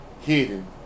hidden